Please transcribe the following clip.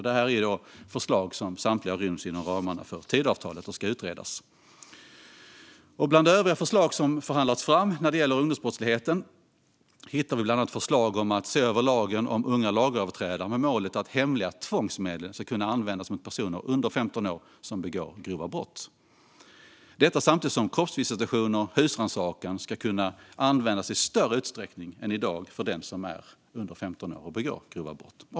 Dessa förslag ryms inom ramarna för Tidöavtalet och ska utredas. Bland övriga förslag som har förhandlats fram när det gäller ungdomsbrottsligheten hittar vi till exempel förslag om att se över lagen om unga lagöverträdare med målet att hemliga tvångsmedel ska kunna användas mot personer under 15 år som begår grova brott. Samtidigt ska kroppsvisitation och husrannsakan kunna användas i större utsträckning än i dag när det gäller den som är under 15 år och begår grova brott.